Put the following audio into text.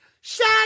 Shut